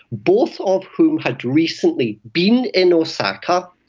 both of whom had recently been in osaka,